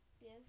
Yes